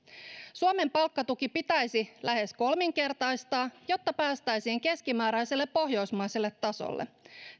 suomen palkkatuki pitäisi lähes kolminkertaistaa jotta päästäisiin keskimääräiselle pohjoismaiselle tasolle